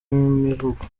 imivugo